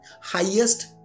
highest